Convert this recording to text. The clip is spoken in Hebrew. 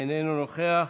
איננו נוכח,